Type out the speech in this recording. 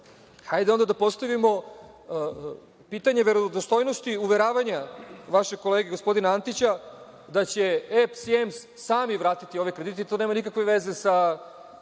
hajde onda da postavimo pitanje verodostojnosti uveravanja vašeg kolege gospodina Antića da će EPS i EMS sami vratiti ove kredite i to nema nikakve veze sa